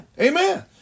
amen